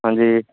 ਹਾਂਜੀ